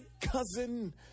cousin